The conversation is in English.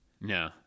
no